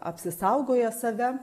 apsisaugoję save